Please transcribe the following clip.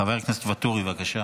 חבר הכנסת ואטורי, בבקשה.